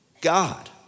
God